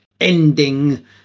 ending